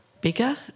bigger